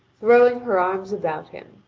throwing her arms about him.